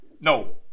No